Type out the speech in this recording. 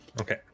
Okay